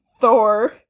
Thor